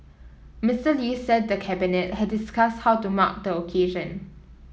Mister Lee said the Cabinet had discussed how to mark the occasion